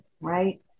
right